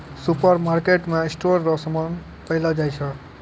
सुपरमार्केटमे स्टोर रो समान पैलो जाय छै